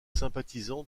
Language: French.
sympathisants